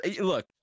look